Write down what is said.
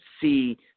see